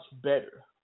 better